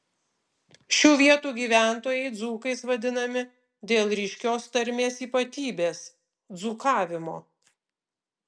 šių vietų gyventojai dzūkais vadinami dėl ryškios tarmės ypatybės dzūkavimo